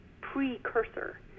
precursor